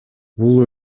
бул